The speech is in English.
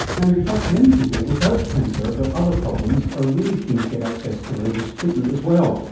and in fact many people without cancer but other problems are really keen to get access to the latest treatment as well,